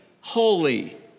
holy